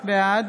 בעד